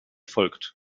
folgt